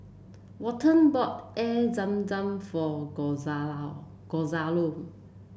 Walton bought Air Zam Zam for Gonzalo